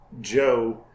Joe